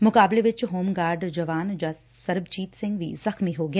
ਮੁਕਾਬਲੇ ਚ home guard ਜਵਾਨ ਸਰਬਜੀਤ ਸਿੰਘ ਵੀ ਜ਼ਖ਼ਮੀ ਹੋ ਗਿਆ